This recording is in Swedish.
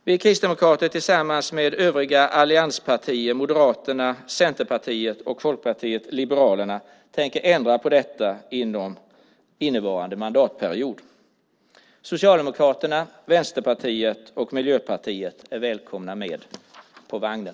Vi kristdemokrater och övriga allianspartier, Moderaterna, Centerpartiet och Folkpartiet liberalerna, tänker ändra på detta under innevarande mandatperiod. Socialdemokraterna, Vänsterpartiet och Miljöpartiet är välkomna med på vagnen.